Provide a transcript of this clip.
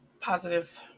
positive